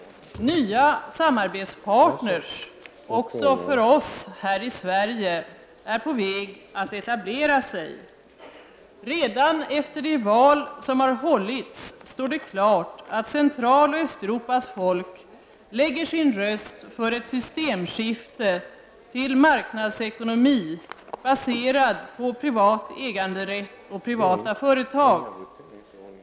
Nya samarbetspartners, också för oss här i Sverige, är på väg att etablera sig. Redan efter de val som har hållits står det klart att Centraloch Östeuropas folk lägger sin röst för ett systemskifte till marknadsekonomi, baserad på privat äganderätt och privata företag.